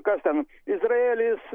kas ten izraelis